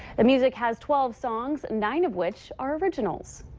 the music has twelve songs nine of which are originals.